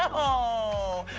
um oh!